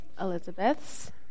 Elizabeth's